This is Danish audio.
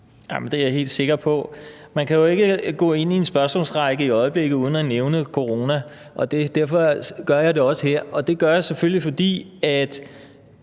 Det er jeg helt sikker på. Man kan jo ikke gå ind i en spørgsmålsrække i øjeblikket uden at nævne corona, og derfor gør jeg det også her. Det gør jeg selvfølgelig, fordi